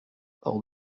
hors